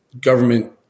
government